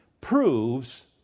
proves